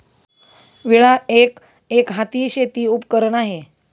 विळा एक, एकहाती शेती उपकरण आहे